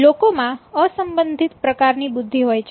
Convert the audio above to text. લોકોમાં અસંબંધિત પ્રકારની બુદ્ધિ હોય છે